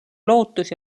lootus